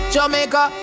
Jamaica